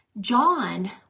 John